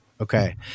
Okay